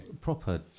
proper